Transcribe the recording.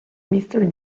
mister